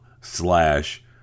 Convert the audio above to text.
slash